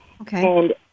Okay